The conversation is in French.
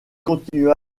continua